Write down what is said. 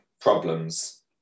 problems